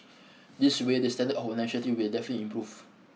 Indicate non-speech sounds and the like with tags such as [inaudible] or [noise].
[noise] this way the standard of whole nation team will definitely improve